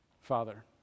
father